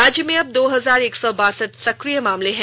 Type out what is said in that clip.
राज्य में अब दो हजार एक सौ बासठ सक्रिय मामले हैं